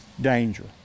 danger